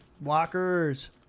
walkers